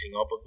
up